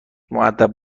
مودب